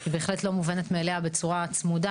שהיא בהחלט לא מובנת מאליה, בצורה צמודה.